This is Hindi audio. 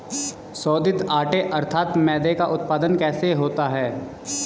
शोधित आटे अर्थात मैदे का उत्पादन कैसे होता है?